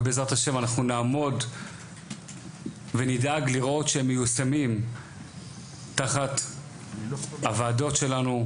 ובעזרת ה' אנחנו נעמוד ונדאג לראות שהם מיושמים תחת הוועדות שלנו,